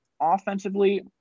offensively